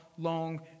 Long